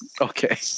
Okay